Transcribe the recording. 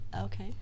Okay